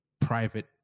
private